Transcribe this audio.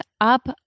up